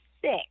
six